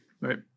right